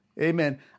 amen